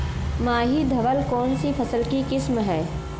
माही धवल कौनसी फसल की किस्म है?